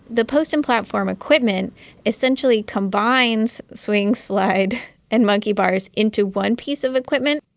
the post and platform equipment essentially combines swing slide and monkey bars into one piece of equipment.